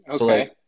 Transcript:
Okay